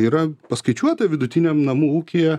yra paskaičiuota vidutiniam namų ūkyje